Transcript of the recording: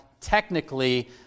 technically